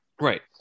right